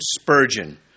Spurgeon